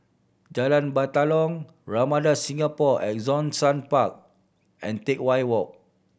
Jalan Batalong Ramada Singapore at Zhongshan Park and Teck Whye Walk